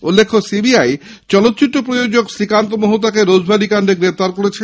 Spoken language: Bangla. উল্লেখ্য সিবিআই চলচ্চিত্র প্রযোজক শ্রীকন্ত মোহতাকে রোজভ্যালি কান্দে গ্রেপ্তার করেছে